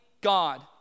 God